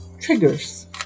triggers